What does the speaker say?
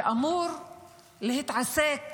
אמור להתעסק